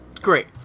Great